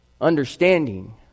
understanding